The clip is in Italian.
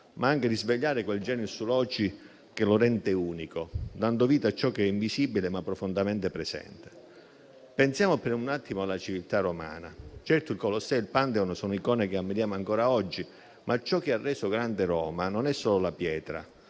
ma anche risvegliare quel *genius loci* che lo rende unico, dando vita a ciò che è invisibile, ma profondamente presente. Pensiamo per un attimo alla civiltà romana: certo, il Colosseo e il Pantheon sono icone che ammiriamo ancora oggi, ma ciò che ha reso grande Roma non è solo la pietra,